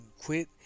quit